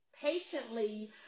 patiently